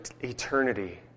eternity